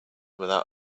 without